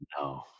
no